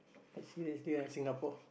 I see Singapore